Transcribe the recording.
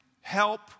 help